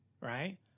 right